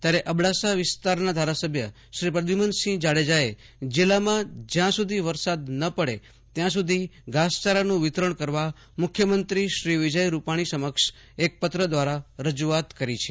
ત્યારે અબકાસા વિસ્તારના ધારાસભ્ય શ્રી પ્રદયૂમનસિંહ જાડેજાએ જિલ્લામાં જયાં સુધી વરસાદ ન પડે ત્યાં સુધી ઘાસયારાનું વિતરવ્ર કરવા મુખ્યમંત્રી શ્રી વિજય રૂપાણી સમક્ષ પત્ર લખી રજુઆત કરી છે